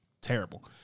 Terrible